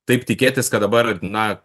taip tikėtis kad dabar na